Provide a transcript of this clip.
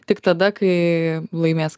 tik tada kai laimės